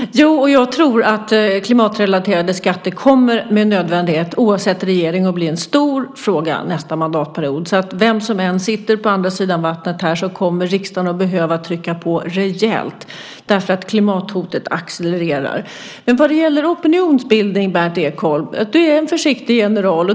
Fru talman! Jo, och jag tror att klimatrelaterade skatter med nödvändighet, oavsett regering, kommer att bli en stor fråga nästa mandatperiod. Vem som än sitter på andra sidan vattnet här kommer riksdagen att behöva trycka på rejält, därför att klimathotet accelererar. Vad gäller opinionsbildning, Berndt Ekholm, är du en försiktig general.